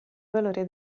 valore